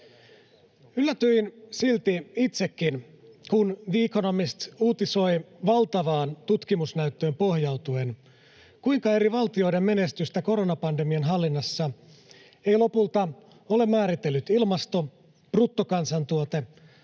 Yllätyin silti itsekin, kun The Economist uutisoi valtavaan tutkimusnäyttöön pohjautuen, kuinka eri valtioiden menestystä koronapandemian hallinnassa ei lopulta ole määritellyt ilmasto, bruttokansantuote tai